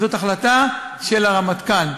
זאת החלטה של הרמטכ"ל,